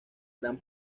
gran